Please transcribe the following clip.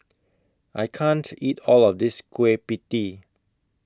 I can't eat All of This Kueh PIE Tee